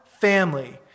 family